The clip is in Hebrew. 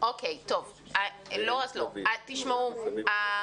למוסד אסור לקיים